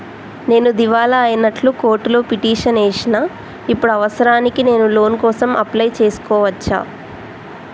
నేను దివాలా అయినట్లు కోర్టులో పిటిషన్ ఏశిన ఇప్పుడు అవసరానికి నేను లోన్ కోసం అప్లయ్ చేస్కోవచ్చా?